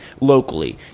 locally